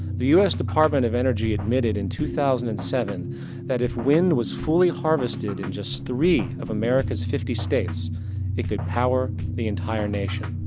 the us department of energy admitted in two thousand and seven that if wind was fully harvested in just three of americas fifty states it could power the entire nation.